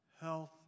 health